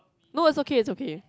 no it's okay it's okay